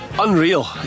Unreal